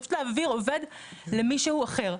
של העברת עובד למישהו אחר.